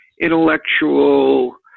intellectual